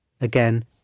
Again